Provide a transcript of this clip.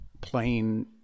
plain